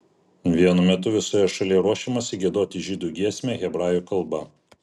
vienu metu visoje šalyje ruošiamasi giedoti žydų giesmę hebrajų kalba